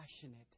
passionate